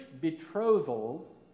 betrothal